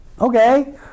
Okay